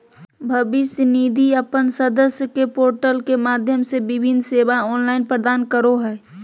भविष्य निधि अपन सदस्य के पोर्टल के माध्यम से विभिन्न सेवा ऑनलाइन प्रदान करो हइ